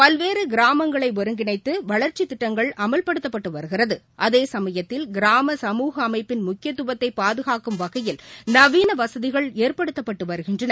பல்வேறு கிராமங்களை ஒருங்கிணைத்து வளர்ச்சித் திட்டங்கள் அமல்படுத்தப்பட்டு வருகிறது அதே சமயத்தில் கிராம சமூக அமைப்பின் முக்கியத்துவத்தை பாதுகாக்கும் வகையில் நவீன வசதிகள் ஏற்படுத்தப்பட்டு வருகின்றன